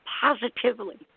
positively